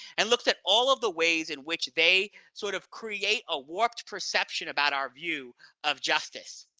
and looks at all of the ways in which they, sort of, create a warped perception about our view of justice.